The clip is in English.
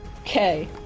Okay